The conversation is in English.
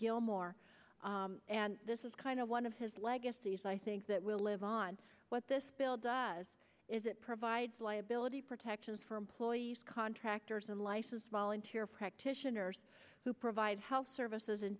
gilmore and this is kind of one of his legacies i think that will live on what this bill does is it provides liability protections for employees contractors and licensed volunteer practitioners who provide health services